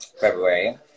February